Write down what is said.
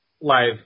live